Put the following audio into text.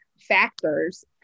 factors